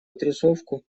отрисовку